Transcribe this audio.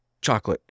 chocolate